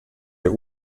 der